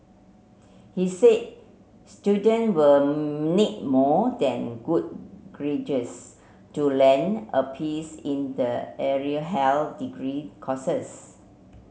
he said student will need more than good to land a peace in the area health degree courses